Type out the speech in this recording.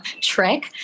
trick